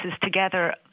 together